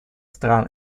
стран